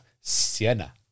Sienna